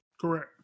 correct